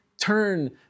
turn